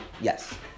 Yes